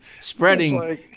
Spreading